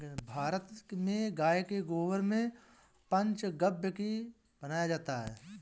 भारत में गाय के गोबर से पंचगव्य भी बनाया जाता है